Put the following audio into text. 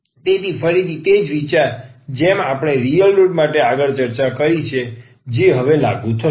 તેથી ફરીથી તે જ વિચાર જેમ આપણે રીયલ રુટ માટે આગળ ચર્ચા કરી છે જે હવે લાગુ થશે